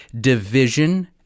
division